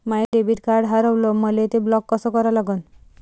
माय debit card हारवलं, मले ते ब्लॉक कस करा लागन?